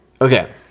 okay